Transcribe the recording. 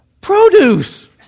produce